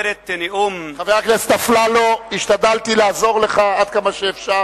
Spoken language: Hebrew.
חבר הכנסת אפללו, השתדלתי לעזור לך, עד כמה שאפשר.